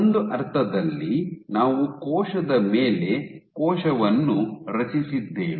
ಒಂದು ಅರ್ಥದಲ್ಲಿ ನಾವು ಕೋಶದ ಮೇಲೆ ಕೋಶವನ್ನು ರಚಿಸಿದ್ದೇವೆ